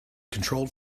controlled